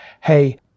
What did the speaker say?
hey